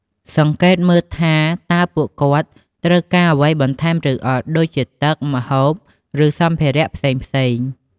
សង្កេតមើលថាតើពួកគាត់ត្រូវការអ្វីបន្ថែមឬអត់ ដូចជាទឹក ម្ហូប ឬសម្ភារៈផ្សេងៗ។